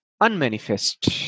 unmanifest